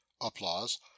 Applause